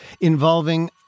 involving